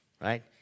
right